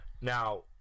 Now